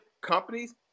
companies